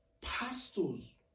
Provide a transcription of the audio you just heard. pastors